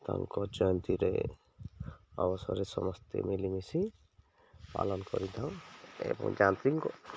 ତାଙ୍କ ଜୟନ୍ତୀରେ ଅବସରରେ ସମସ୍ତେ ମିଳିମିଶି ପାଳନ କରିଥାଉ ଏବଂ ଗାନ୍ଧୀଙ୍କୁ